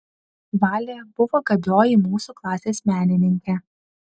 valė buvo gabioji mūsų klasės menininkė